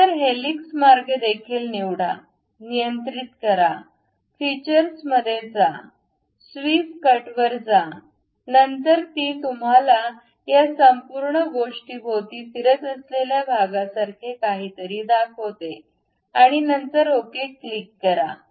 नंतर हेलिक्स मार्ग देखील निवडा नियंत्रित करा फीचर्स मध्ये जा स्वीप कटवर जा नंतर ती तुम्हाला या संपूर्ण गोष्टीभोवती फिरत असलेल्या भागासारखे काहीतरी दाखवते आणि नंतर ओके क्लिक करा